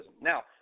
Now